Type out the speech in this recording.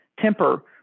temper